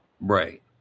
Right